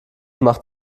macht